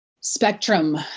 spectrum